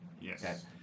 Yes